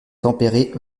tempérées